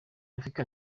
rafiki